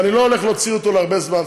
ואני לא הולך להוציא אותו להרבה זמן,